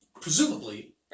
presumably